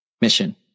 mission